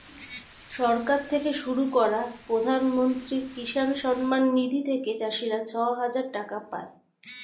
সরকার থেকে শুরু করা প্রধানমন্ত্রী কিষান সম্মান নিধি থেকে চাষীরা ছয় হাজার টাকা পায়